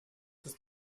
ist